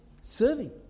serving